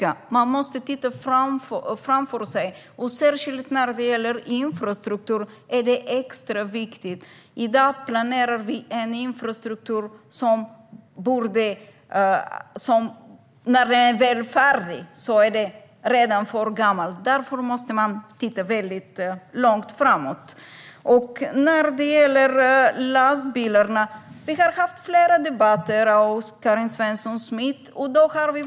Man måste se framåt. Detta är extra viktigt när det gäller infrastruktur. I dag planerar vi för infrastruktur som när den väl är färdig redan är för gammal. Därför måste man titta väldigt långt framåt. Karin Svensson Smith och jag har debatterat lastbilar flera gånger.